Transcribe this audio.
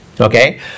okay